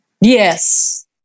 Yes